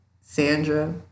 Sandra